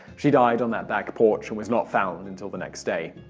she died on that back porch and was not found until the next day.